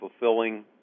fulfilling